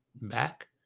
back